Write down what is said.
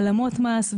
נתונים של העלמות מס,